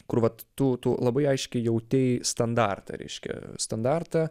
kur vat tu tu labai aiškiai jautei standartą reiškia standartą